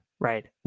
Right